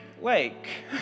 lake